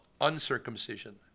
uncircumcision